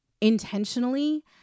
intentionally